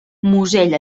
musell